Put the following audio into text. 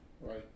right